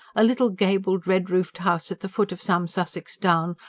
a little gabled, red-roofed house at the foot of some sussex down,